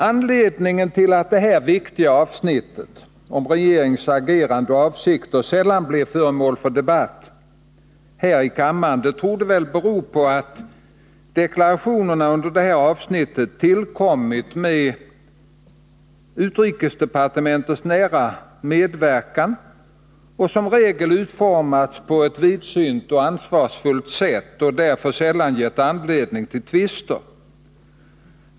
Anledningen till att detta viktiga avsnitt om regeringens agerande och avsikter sällan blir föremål för debatt här i kammaren torde vara att deklarationerna under detta avsnitt tillkommer med utrikesdepartementets nära medverkan och att de som regel är utformade på ett vidsynt och ansvarsfullt sätt och därför sällan ger anledning till tvister.